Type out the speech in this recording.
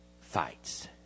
fights